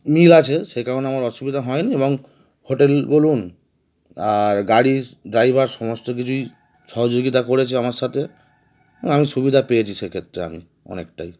মিল আছে সে কারণে আমার অসুবিধা হয়নি এবং হোটেল বলুন আর গাড়ি ড্রাইভার সমস্ত কিছুই সহযোগিতা করেছে আমার সাথে আমি সুবিধা পেয়েছি সেক্ষেত্রে আমি অনেকটাই